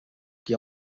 que